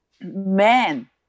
man